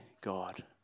God